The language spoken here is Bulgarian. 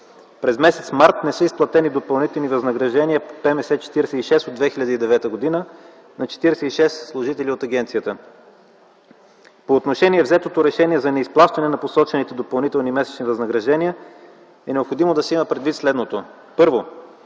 През м. март т.г. не са изплатени допълнителни възнаграждения по Постановление на Министерски съвет № 46 от 2009 г. на 46 служители от агенцията. По отношение на взетото решение за неизплащане на посочените допълнителни месечни възнаграждения е необходимо да се има предвид следното. Първо,